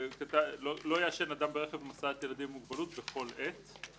"לא יעשן אדם ברכב הסעת ילדים עם מוגבלות בכל עת.".